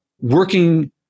working